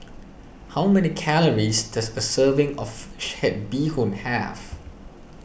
how many calories does a serving of Fish Head Bee Hoon have